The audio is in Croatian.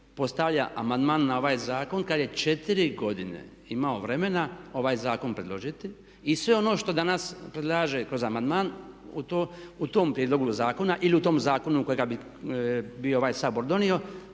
postavlja amandman na ovaj zakon kad je 4 godine imao vremena ovaj zakon predložiti i sve ono što danas predlaže kroz amandman u tom prijedlogu zakona ili u tom zakonu kojega bi bio ovaj Sabor donio,